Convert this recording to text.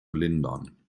lindern